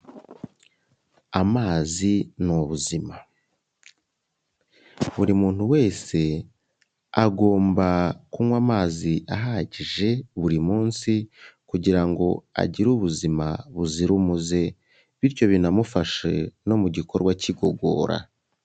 Amazi n'ubuzima buri wese agomba kunywa amazi ahagije buri munsi kugira ngo agire ubuzima buzira umuze bityo binamufashe no m'igikorwa cy'igogora.